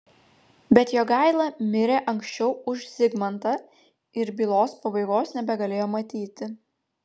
bet jogaila mirė anksčiau už zigmantą ir bylos pabaigos nebegalėjo matyti